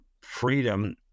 freedom